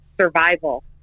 survival